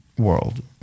world